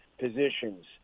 positions